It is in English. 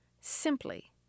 simply